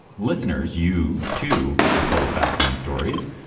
listeners, you, too, are full of fascinating stories.